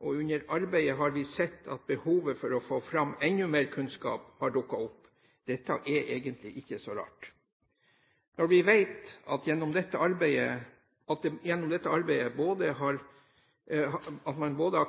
og under arbeidet har vi sett at behovet for å få fram enda mer kunnskap har dukket opp. Dette er egentlig ikke så rart. Når vi vet at vi gjennom dette arbeidet har